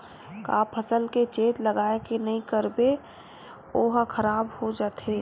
का फसल के चेत लगय के नहीं करबे ओहा खराब हो जाथे?